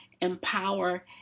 empower